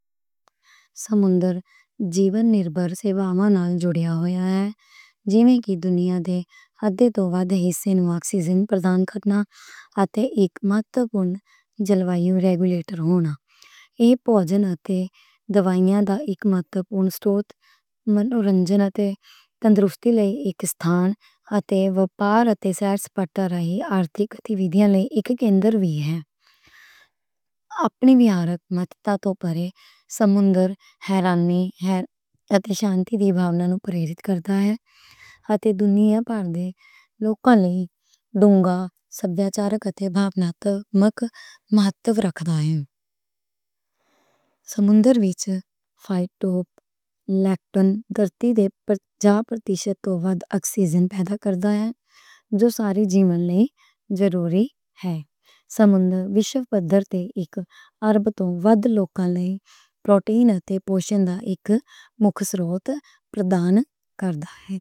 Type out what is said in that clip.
سمندر جیون نربھر سیواؤں نال جڑیا ہويا ہے۔ جوڑے کی دُنیا دے ادھے توں ودھ حصے نوں اکسیجن پردان کرنا اَتے اک مہتوپون جل وائی ریگولیٹر ہوݨا۔ اے بھوجن اَتے دوائیاں دا اک مہتوپون سروت، من آنند اَتے تندرستی لئی اک ستھان اَتے واپار اَتے۔ سیر سپاٹا راہی آرتھک اَتے وِدھیا لئی اک کینڈر وی ہے۔ اپنی ویبھاک مٹری توں پرے سمندر حیرانی اَتے شانتی دی بھاونا نوں پروِیرت کردا ہے۔ لیکن دھرتی دے پرتیشت توں ودھ اکسیجن پیدا کردا ہے، جو ساری جیون لئی ضروری ہے۔ سمندر وشو پدھر تے اک اَرب توں ودھ لوکاں لئی پروٹین تے پوشن دا اک مکھ سروت پردان کردا ہے۔